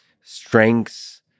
strengths